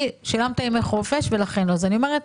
אני אומרת,